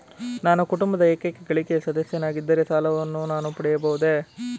ನಾನು ಕುಟುಂಬದ ಏಕೈಕ ಗಳಿಕೆಯ ಸದಸ್ಯನಾಗಿದ್ದರೆ ನಾನು ಸಾಲವನ್ನು ಪಡೆಯಬಹುದೇ?